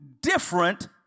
different